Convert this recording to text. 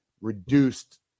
reduced